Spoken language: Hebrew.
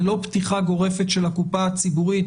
זה לא פתיחה גורפת של הקופה הציבורית,